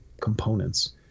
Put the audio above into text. components